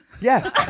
Yes